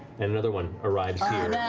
and another one arrives here,